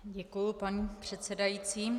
Děkuji, paní předsedající.